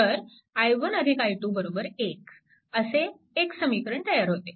तर i1 i2 1 असे एक समीकरण तयार होते